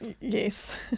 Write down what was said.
Yes